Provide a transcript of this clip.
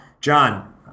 John